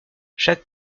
chaque